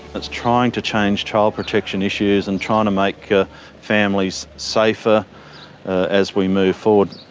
it's trying to change child protection issues and trying to make families safer as we move forward,